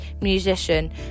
musician